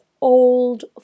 old